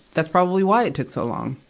that's probably why it took so long,